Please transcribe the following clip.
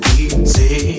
easy